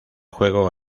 juego